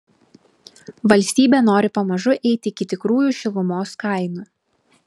valstybė nori pamažu eiti iki tikrųjų šilumos kainų